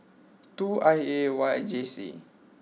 two I A Y J C